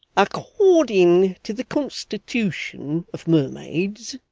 according to the constitution of mermaids,